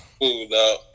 No